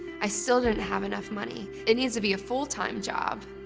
i still didn't have enough money. it needs to be a full-time job,